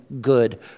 good